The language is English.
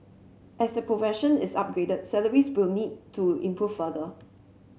as the profession is upgraded salaries will need to improve further